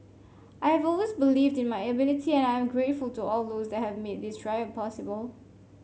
I have always believed in my ability and I am grateful to all those that have made this trial possible